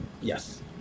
Yes